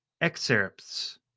excerpts